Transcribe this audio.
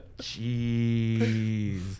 Jeez